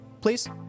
please